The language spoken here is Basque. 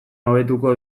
hobetuko